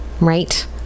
right